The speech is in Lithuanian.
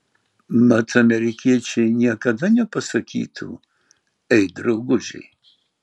mat amerikiečiai niekada nepasakytų ei draugužiai